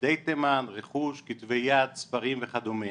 ילדי תימן, רכוש, כתבי יד, ספרים וכדומה,